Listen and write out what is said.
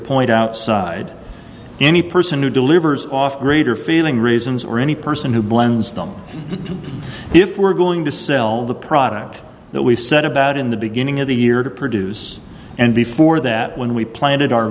point outside any person who delivers off greater feeling reasons or any person who blends them if we're going to sell the product that we set about in the beginning of the year to produce and before that when we planted our